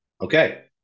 Okay